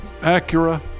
Acura